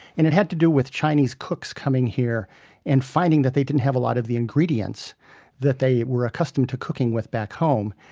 and it had to do with chinese cooks coming here and finding that they didn't have a lot of the ingredients that they were accustomed to cooking with back home.